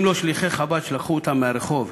אם לא שליחי חב"ד, שלקחו אותם מהרחוב,